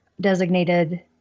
designated